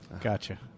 Gotcha